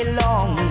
long